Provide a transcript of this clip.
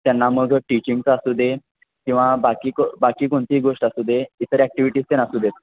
त्यांना मग टीचिंगचं असू दे किंवा बाकी बाकी कोणतीही गोष्ट असू दे इतर ॲक्टिव्हिटीज त्यानं असूदेत